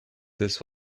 this